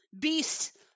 Beast